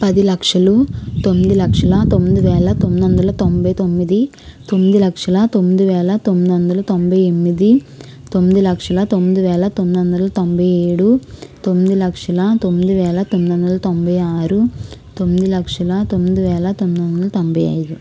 పది లక్షలు తొమ్మిది లక్షల తొమ్మిది వేల తొమ్మిది వందల తొంభై తొమ్మిది తొమ్మిది లక్షల తొమ్మిది వేల తొమ్మిది వందల తొంభై ఎనిమిది తొమ్మిది లక్షల తొమ్మిది వేల తొమ్మిది వందల తొంభై ఏడు తొమ్మిది లక్షల తొమ్మిది వేల తొమ్మిది వందల తొంభై ఆరు తొమ్మిది లక్షల తొమ్మిది వేల తొమ్మిది వందల తొంభై ఐదు